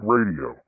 Radio